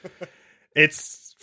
It's-